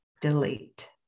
delete